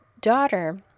daughter